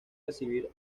recibir